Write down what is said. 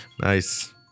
Nice